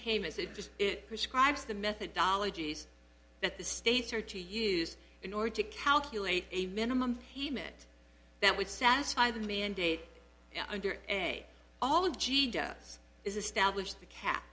payments it just it prescribes the methodology that the states are to use in order to calculate a minimum payment that would satisfy the mandate under a all she does is establish the ca